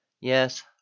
Yes